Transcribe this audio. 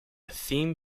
theme